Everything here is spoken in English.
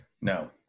No